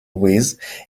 with